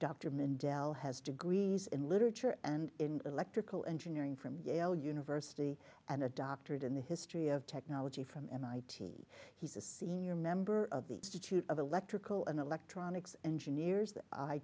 dr mindell has degrees in literature and in electrical engineering from yale university and a doctorate in the history of technology from mit he's a senior member of the institute of electrical and electronics engineers